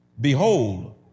Behold